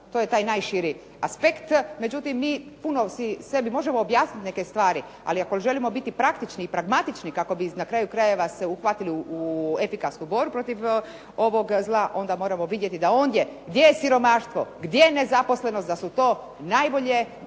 To je taj najširi aspekt. Međutim, mi puno sebi možemo objasnit neke stvari, ali ako želimo biti praktični i pragmatični kako bi na kraju krajeva se uhvatili u efikasnu borbu protiv ovog zla, onda moramo vidjeti da ondje gdje je siromaštvo, gdje je nezaposlenost, da su to najbolji